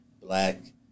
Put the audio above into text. black